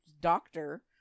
doctor